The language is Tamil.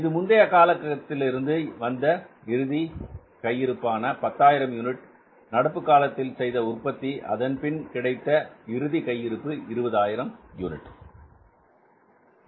இது முந்தைய காலத்திலிருந்து வந்த இறுதி கை இருப்பான 10000 யூனிட் நடப்புக் காலத்தில் செய்த உற்பத்தி அதன்பின் கிடைத்த இறுதி கையிருப்பு 20000 யூனிட்டுகள்